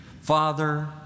Father